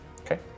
Okay